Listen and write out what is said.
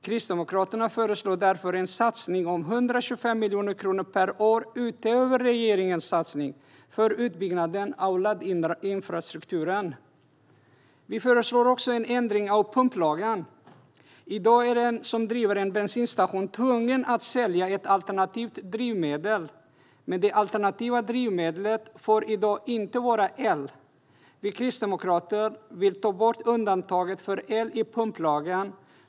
Kristdemokraterna föreslår därför en satsning om 125 miljoner kronor per år utöver regeringens satsning för utbyggnad av laddinfrastrukturen. Vi föreslår också en ändring av pumplagen. I dag är den som driver en bensinstation tvungen att sälja ett alternativt drivmedel, men det alternativa drivmedlet får inte vara el. Vi kristdemokrater vill ta bort undantaget för el i pumplagen.